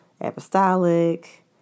Apostolic